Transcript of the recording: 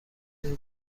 این